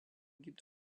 gibt